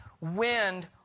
wind